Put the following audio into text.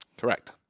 Correct